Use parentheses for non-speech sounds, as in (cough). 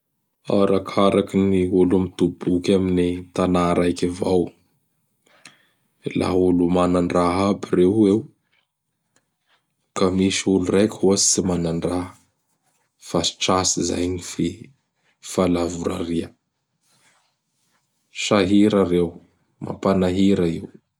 (noise) Arakaraky ny olo mitoboky amin' ny tana raiky avao. (noise) Laha olo manandraha aby ireo eo, ka misy olo raiky ohatsy tsy manandraha. Fa tsy tratsy izay gny fi fahalavoraria. Sahira reo, mampanahira io.